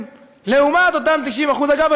לעומת אותם 90%. אגב,